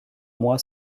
moi